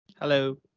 Hello